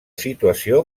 situació